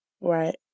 Right